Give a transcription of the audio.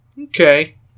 Okay